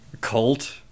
cult